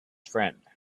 friend